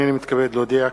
הנני מתכבד להודיע,